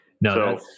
No